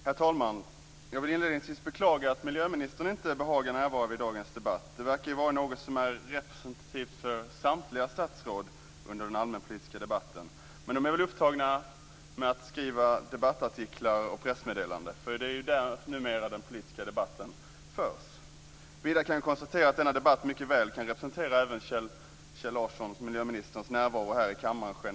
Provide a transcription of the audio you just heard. Herr talman! Jag vill inledningsvis beklaga att miljöministern inte behagar närvara vid dagens debatt. Det verkar vara representativt för samtliga statsråd under den allmänpolitiska debatten. Men de är väl upptagna med att skriva debattartiklar och pressmeddelanden. Det är ju numera där den politiska debatten förs. Vidare kan jag konstatera att denna debatt mycket väl kan representera även miljöminister Kjell Larsson närvaro generellt här i kammaren.